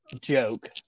joke